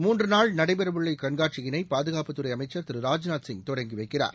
மூன்றுநாள் நடைபெறஉள்ள இக்கண்காட்சியினை பாதுகாப்புத் துறைஅமைச்சர் திரு ராஜ்நாத் சிங் தொடங்கிவைக்கிறார்